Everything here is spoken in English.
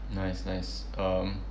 nice nice um